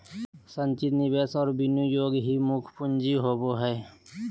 संचित निवेश और विनियोग ही मुख्य पूँजी होबो हइ